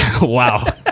Wow